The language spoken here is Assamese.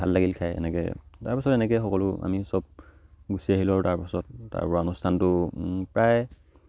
ভাল লাগিল খাই এনেকৈ তাৰপাছত এনেকৈ সকলো আমি চব গুচি আহিলোঁ আৰু তাৰপাছত তাৰ পৰা অনুষ্ঠানটো প্ৰায়